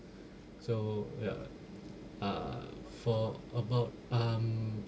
so ya uh for about um